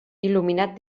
il·luminat